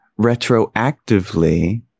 retroactively